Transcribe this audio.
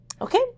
Okay